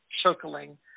circling